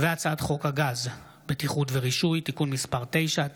הצעת חוק הגז (בטיחות ורישוי) (תיקון מס' 9),